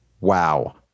Wow